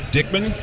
Dickman